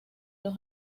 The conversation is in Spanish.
los